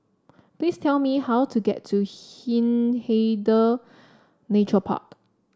please tell me how to get to Hindhede Nature Park